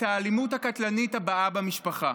את האלימות הקטלנית הבאה במשפחה,